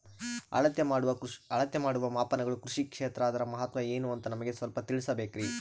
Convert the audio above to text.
ಅಳತೆ ಮಾಡುವ ಮಾಪನಗಳು ಕೃಷಿ ಕ್ಷೇತ್ರ ಅದರ ಮಹತ್ವ ಏನು ಅಂತ ನಮಗೆ ಸ್ವಲ್ಪ ತಿಳಿಸಬೇಕ್ರಿ?